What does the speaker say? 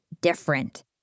different